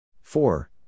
four